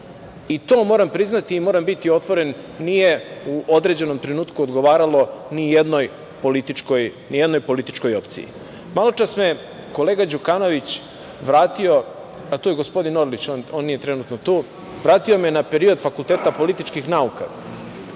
I, to moram priznati i moram biti otvoren nije u određenom trenutku odgovaralo nijednoj političkoj opciji. Malo čas me je kolega Đukanović vratio, a tu je i gospodin Orlić, vratio me je na period Fakulteta političkih nauka,